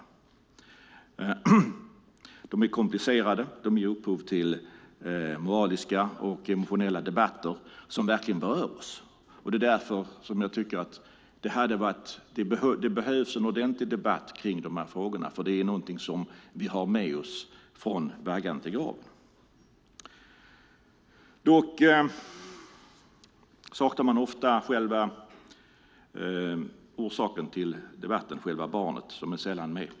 Dessa frågor är komplicerade och ger upphov till moraliska och emotionella debatter som verkligen berör oss. Det är därför som jag tycker att det behövs en ordentlig debatt om de här frågorna. Det är någonting som vi har med oss från vaggan till graven. Dock saknar man ofta själva orsaken till debatten, själva barnet. Det är sällan med.